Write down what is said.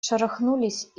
шарахнулись